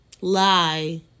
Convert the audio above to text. lie